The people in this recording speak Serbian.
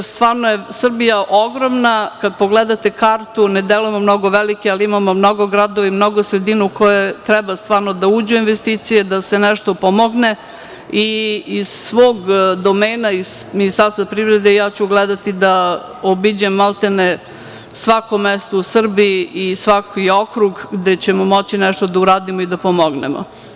Stvarno je Srbija ogromna, kada pogledate kartu ne deluje vam mnogo velika, ali imamo mnogo gradova, mnogo sredina u koje treba stvarno da uđu investicije, da se nešto pomogne i iz svog domena, iz Ministarstva privrede gledaću da obiđem svako mesto u Srbiji i svaki okrug, gde ćemo moći nešto da uradimo i da pomognemo.